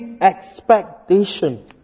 expectation